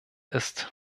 ist